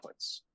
inputs